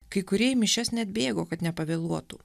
kai kurie į mišias net bėgo kad nepavėluotų